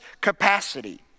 capacity